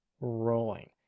rolling